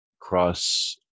cross